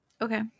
Okay